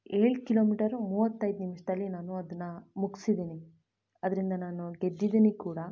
ಏಳು ಕಿಲೋಮೀಟರು ಮೂವತ್ತೈದು ನಿಮ್ಷದಲ್ಲಿ ನಾನು ಅದನ್ನ ಮುಗ್ಸಿದ್ದೀನಿ ಅದರಿಂದ ನಾನು ಗೆದ್ದಿದ್ದೀನಿ ಕೂಡ